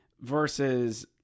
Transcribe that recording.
versus